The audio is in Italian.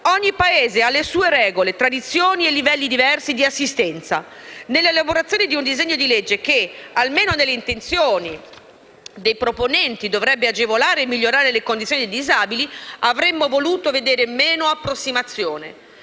Ogni Paese ha le sue regole, tradizioni e livelli diversi di assistenza. Nell'elaborazione di un disegno di legge che, almeno nelle intenzioni dei proponenti, dovrebbe agevolare e migliorare le condizioni dei disabili, avremmo voluto vedere meno approssimazione.